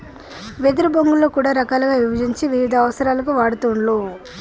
వెదురు బొంగులో కూడా రకాలుగా విభజించి వివిధ అవసరాలకు వాడుతూండ్లు